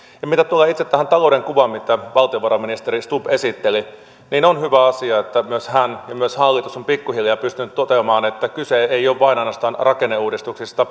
mitä tulee itse tähän talouden kuvaan mitä valtiovarainministeri stubb esitteli niin on hyvä asia että myös hän ja hallitus ovat pikkuhiljaa pystyneet toteamaan että kyse ei ole vain ja ainoastaan rakenneuudistuksista